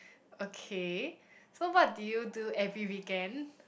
okay so what do you do every weekend